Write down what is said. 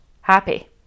happy